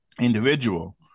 individual